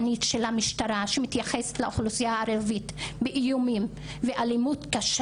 כשמדובר בחייהם של הערבים בתוך המדינה, ובמיוחד גם